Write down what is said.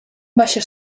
baixes